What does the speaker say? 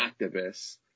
activists